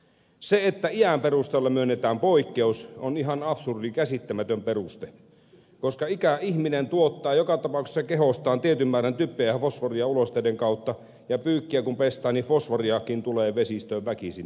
se että iän perusteella myönnetään poikkeus on ihan absurdi käsittämätön peruste koska ikäihminen tuottaa joka tapauksessa kehostaan tietyn määrän typpeä ja fosforia ulosteiden kautta ja pyykkiä kun pestään niin fosforiakin tulee vesistöön väkisin